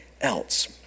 else